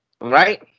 right